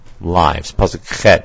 lives